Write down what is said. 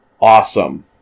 Awesome